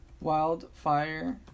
wildfire